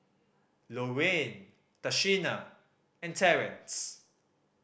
Loraine Tashina and Terance